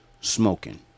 smoking